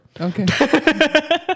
Okay